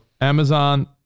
Amazon